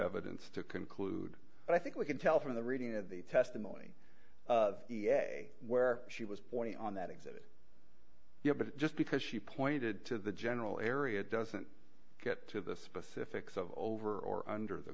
evidence to conclude and i think we can tell from the reading of the testimony where she was point on that exhibit yeah but just because she pointed to the general area doesn't get to the specifics of over or under the